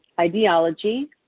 ideology